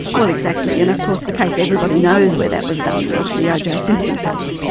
well exactly. and of course the case everybody knows where that was done was the oj simpson case.